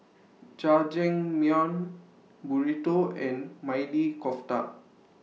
Jajangmyeon Burrito and Maili Kofta